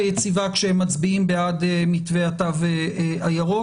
יציבה כשהם מצביעים בעד מתווה התו הירוק.